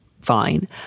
fine